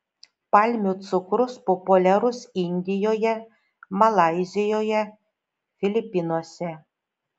palmių cukrus populiarus indijoje malaizijoje filipinuose